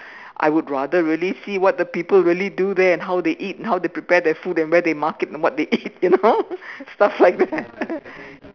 I would rather really see what the people really do there and how they eat and how they prepare their food and where they market and what they eat you know stuff like that